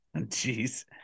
Jeez